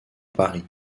paris